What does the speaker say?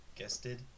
guested